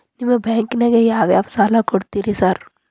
ನಿಮ್ಮ ಬ್ಯಾಂಕಿನಾಗ ಯಾವ್ಯಾವ ಸಾಲ ಕೊಡ್ತೇರಿ ಸಾರ್?